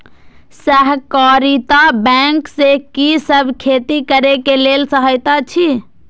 सहकारिता बैंक से कि सब खेती करे के लेल सहायता अछि?